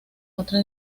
otra